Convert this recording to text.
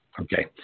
Okay